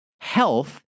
health